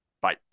Bye